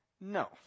No